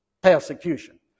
persecution